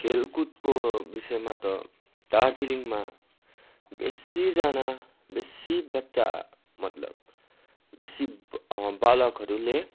खेलकुदको विषयमा त दार्जिलिङमा बेसीजना बेसी बच्चा मतलब बेसी बालकहरूले